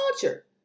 culture